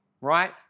Right